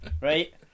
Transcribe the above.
Right